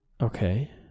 okay